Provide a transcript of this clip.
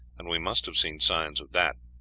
and we must have seen signs of that.